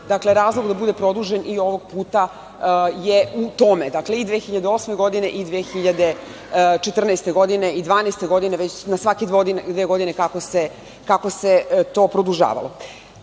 dakle, razlog da bude produžen i ovog puta je u tome, dakle i 2008. godine i 2014. godine, 2012. godine, na svake dve godine, kako se to produžavalo. Ono